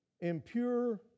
impure